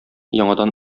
яңадан